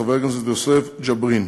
חבר הכנסת יוסף ג'בארין,